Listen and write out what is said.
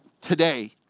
today